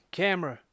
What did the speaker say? camera